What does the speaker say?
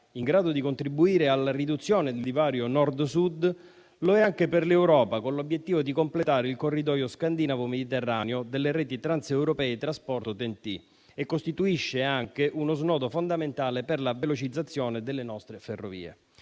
in grado di contribuire alla riduzione del divario Nord-Sud, lo è anche per l'Europa, con l'obiettivo di completare il corridoio scandinavo-mediterraneo delle reti transeuropee di trasporto TEN-T, e costituisce anche uno snodo fondamentale per la velocizzazione delle nostre ferrovie.